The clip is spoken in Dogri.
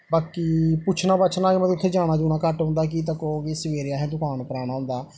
बाकी पुच्छनां पुच्छा मतलब कि उत्थें जाना जूना घट्ट होंदा ऐ तक्को कि सवेरे असें दकान उप्पर आना होंदा